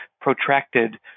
protracted